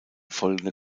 folgende